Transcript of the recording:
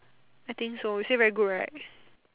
I think so you say very good right